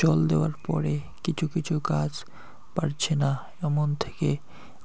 জল দেওয়ার পরে কিছু কিছু গাছ বাড়ছে না এর থেকে